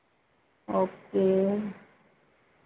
okay